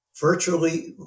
virtually